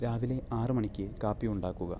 രാവിലെ ആറ് മണിക്ക് കാപ്പി ഉണ്ടാക്കുക